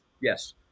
Yes